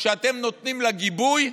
כשאתם נותנים לה גיבוי,